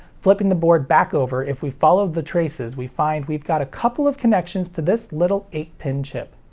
flipping the board back over, if we follow the traces we find we've got a couple of connections to this little eight pin chip.